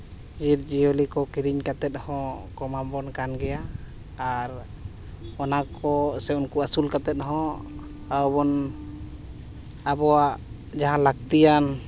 ᱡᱤᱵᱽᱼᱡᱤᱭᱟᱹᱞᱤ ᱠᱚ ᱠᱤᱨᱤᱧ ᱠᱟᱛᱮᱫ ᱦᱚᱸ ᱠᱚ ᱮᱢᱟ ᱵᱚᱱ ᱠᱟᱱ ᱜᱮᱭᱟ ᱚᱱᱟ ᱠᱚ ᱥᱮ ᱩᱱᱠᱩ ᱟᱹᱥᱩᱞ ᱠᱟᱛᱮᱫ ᱦᱚᱸ ᱟᱵᱚ ᱵᱚᱱ ᱟᱵᱚᱣᱟᱜ ᱡᱟᱦᱟᱸ ᱞᱟᱹᱛᱤᱭᱟᱱ